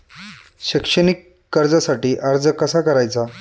शैक्षणिक कर्जासाठी अर्ज कसा करायचा?